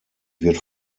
wird